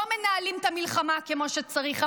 לא מנהלים את המלחמה כמו שצריך.